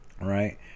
right